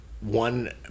one